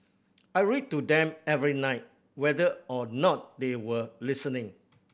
I read to them every night whether or not they were listening